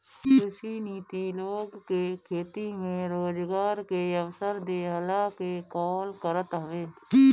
कृषि नीति लोग के खेती में रोजगार के अवसर देहला के काल करत हवे